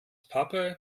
pappe